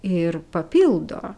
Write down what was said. ir papildo